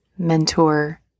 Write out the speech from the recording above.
mentor